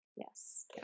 yes